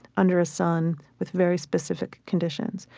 under a sun, with very specific conditions.